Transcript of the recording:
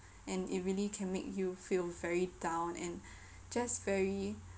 and it really can make you feel very down and just very